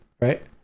right